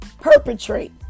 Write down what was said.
perpetrate